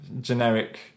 generic